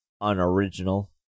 unoriginal